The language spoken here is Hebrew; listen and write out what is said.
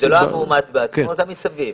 זה לא המועמד עצמו, זה המסביב.